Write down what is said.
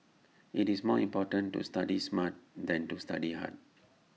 IT is more important to study smart than to study hard